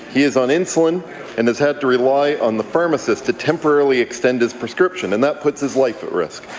he is on insulin and has had to rely on the pharmacist to temporarily extend his prescription and that puts his life at risk.